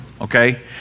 okay